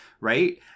right